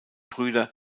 brüder